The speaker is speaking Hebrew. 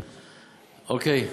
אוקיי?